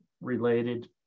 related